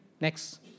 Next